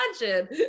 imagine